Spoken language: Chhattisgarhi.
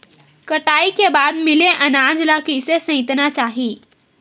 कटाई के बाद मिले अनाज ला कइसे संइतना चाही?